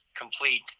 complete